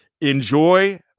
enjoy